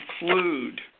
include